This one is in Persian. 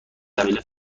قبیله